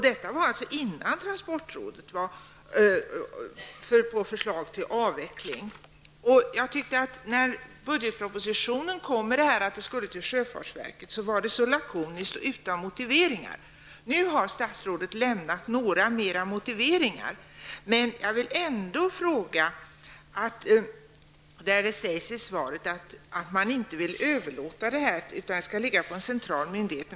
Detta var alltså innan transportrådet lade fram sitt förslag till avveckling. Förslaget i budgetpropositionen att administrationen skulle överflyttas till sjöfartsverket presenterades helt lakoniskt och utan motiveringar. Nu har statsrådet lämnat ett par motiveringar, men jag vill ändå ställa ytterligare en fråga. I svaret sägs att administrationen inte skall överlåtas, utan att den bör ligga på en central myndighet.